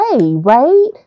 right